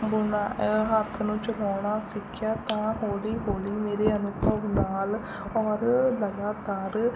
ਬੁਣਾ ਹੱਥ ਨੂੰ ਚਲਾਉਣਾ ਸਿੱਖਿਆ ਤਾਂ ਹੌਲੀ ਹੌਲੀ ਮੇਰੇ ਅਨੁਭਵ ਨਾਲ ਔਰ ਲਗਾਤਾਰ